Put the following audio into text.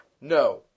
No